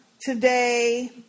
today